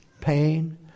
pain